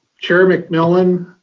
chair mcmillan,